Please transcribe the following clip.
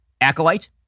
acolyte